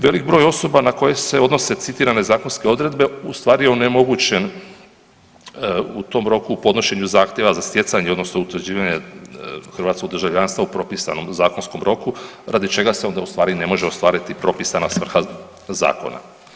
Velik broj osoba na koje se odnose citirane zakonske odredbe ustvari onemogućen u tom roku u podnošenju zahtjeva za stjecanje, odnosno utvrđivanje hrvatskog državljanstva u propisanom zakonskom roku, radi čega se onda ustvari ne može ostvariti propisana svrha Zakona.